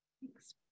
Thanks